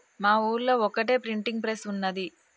మా ఊళ్లో ఒక్కటే ప్రింటింగ్ ప్రెస్ ఉన్నది